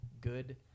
good